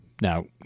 Now